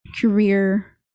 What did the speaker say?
career